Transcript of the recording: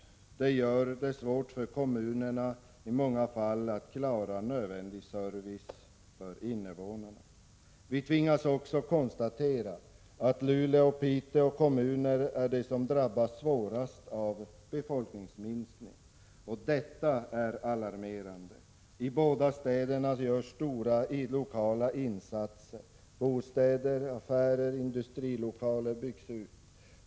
Det gör det svårt för kommunerna att klara nödvändig service för invånarna. Vi tvingas också konstatera att Luleå och Piteå är de kommuner som drabbats svårast av befolkningsminskningen. Detta är alarmerande. I båda städerna görs stora lokala insatser. Bostäder, affärer och industrilokaler byggs ut.